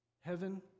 heaven